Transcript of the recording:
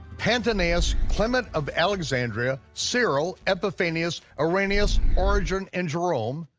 pantaenus, clement of alexandria, cyril, epiphanius, irenaeus, origen, and jerome.